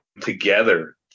together